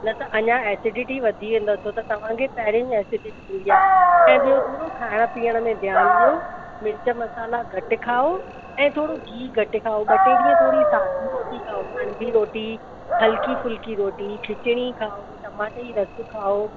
न त अञा एसिडिटी वधी वेन्दव छो त तव्हांखे पहिरें ई एसिडिटी थीन्दी आहे ऐं बि॒यो थोरो खाइण पीअण में ध्यानु डि॒यो मिर्च मसाला घटि खाओ ऐं थोरो गिहु घटि खाओ ब॒ टे ॾींहं थोरी सादी रोटी खाओ अणभी रोटी हल्की फुल्की रोटी खिचणी खाओ टमाटे जी रसु खाओ